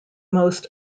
most